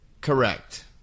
Correct